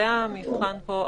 זה המבחן פה.